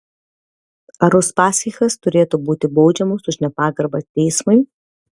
ar uspaskichas turėtų būti baudžiamas už nepagarbą teismui